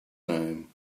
name